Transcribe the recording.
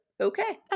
okay